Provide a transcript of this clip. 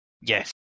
Yes